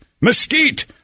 mesquite